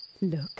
look